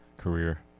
Career